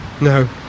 No